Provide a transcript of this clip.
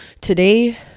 today